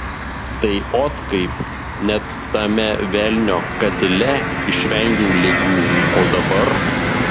tai ot kaip net tame velnio katile išvengiau ligų o dabar